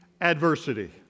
adversity